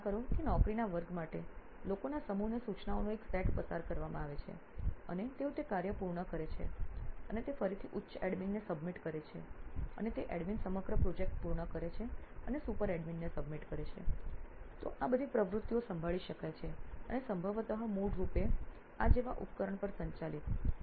કલ્પના કરો કે નોકરીના વર્ગ માટે માટે લોકોના સમૂહને સૂચનાઓનો એક સેટ પસાર કરવામાં આવે છે અને તેઓ તે કાર્ય પૂર્ણ કરે છે અને ફરીથી તે ઉચ્ચ એડમિનને સબમિટ કરે છે અને તે એડમિન સમગ્ર પ્રોજેક્ટ પૂર્ણ કરે છે અને સુપર એડમિનને સબમિટ કરે છે તેથી આ બધી પ્રવૃત્તિઓ સંભાળી શકાય છે અને સંભવત મૂળ રૂપે આ જેવા ઉપકરણ પર સંચાલિત